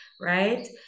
right